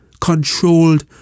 controlled